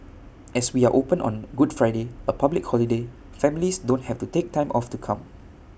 as we are open on good Friday A public holiday families don't have to take time off to come